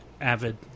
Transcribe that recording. avid